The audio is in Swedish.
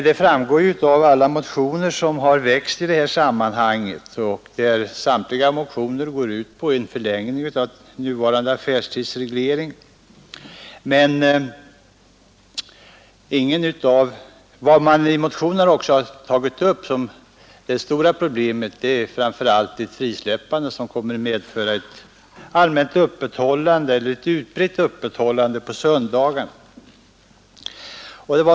Samtliga de motioner som har väckts i detta sammanhang går ut på att nuvarande affärstidsreglering bör förlängas. Vad man i motionerna har tagit upp som det stora problemet är att ett frisläppande kommer att medföra ett utbrett öppethållande på söndagarna.